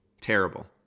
Terrible